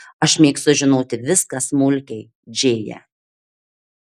aš mėgstu žinoti viską smulkiai džėja